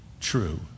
true